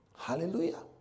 hallelujah